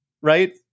right